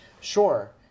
Sure